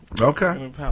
Okay